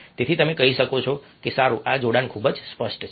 તેથી તમે કહી શકો કે સારું આ જોડાણ ખૂબ જ સ્પષ્ટ છે